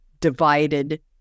divided